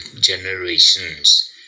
generations